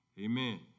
amen